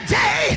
day